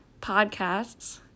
podcasts